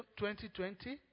2020